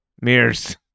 mirrors